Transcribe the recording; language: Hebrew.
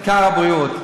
העיקר הבריאות.